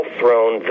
thrown